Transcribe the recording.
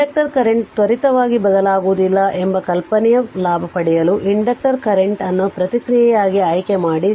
inductor current ತ್ವರಿತವಾಗಿ ಬದಲಾಗುವುದಿಲ್ಲ ಎಂಬ ಕಲ್ಪನೆಯ ಲಾಭ ಪಡೆಯಲು ಇಂಡಕ್ಟರ್ ಕರೆಂಟ್ ಅನ್ನು ಪ್ರತಿಕ್ರಿಯೆಯಾಗಿ ಆಯ್ಕೆಮಾಡಿ